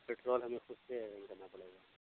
petrol ہمیں خود سے ارینج کرنا پڑے گا